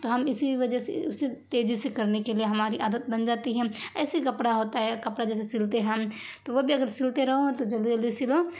تو ہم اسی وجہ سے اسے تیزی سے کرنے کے لیے ہماری عادت بن جاتی ہے ایسی کپڑا ہوتا ہے کپڑا جیسے سلتے ہیں ہم تو وہ بھی اگر سلتے رہو تو جلدی جلدی سلو